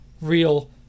real